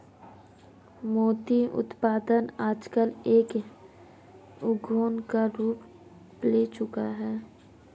मोती उत्पादन आजकल एक उद्योग का रूप ले चूका है